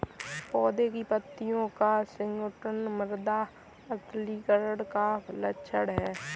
पौधों की पत्तियों का सिकुड़ना मृदा अम्लीकरण का लक्षण है